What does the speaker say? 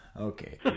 Okay